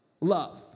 love